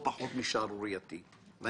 החלטות בקשר לאותם 1.7 טריליון שקלים.